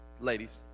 ladies